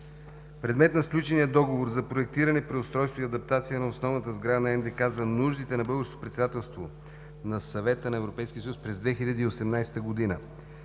предмет на сключения договор за проектиране, преустройство и адаптация на основната сграда на НДК за нуждите на българското председателство на Съвета на Европейския